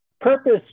Purpose